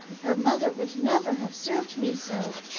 her mother would never have served me so